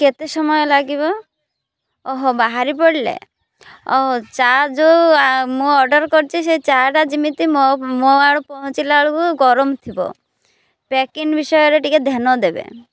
କେତେ ସମୟ ଲାଗିବ ବାହାରି ପଡ଼ିଲେ ଓ ଚା' ଯେଉଁ ମୁଁ ଅର୍ଡ଼ର୍ କରିଛି ସେ ଚା'ଟା ଯେମିତି ମୋ ମୋ ପହଞ୍ଚିଲା ବେଳକୁ ଗରମ ଥିବ ପ୍ୟାକିଙ୍ଗ ବିଷୟରେ ଟିକେ ଧ୍ୟାନ ଦେବେ